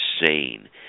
insane